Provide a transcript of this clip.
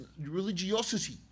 religiosity